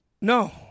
No